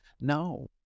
No